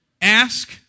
ask